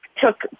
took